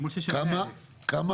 כמה